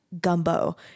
gumbo